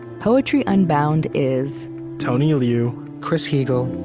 poetry unbound is tony liu, chris heagle,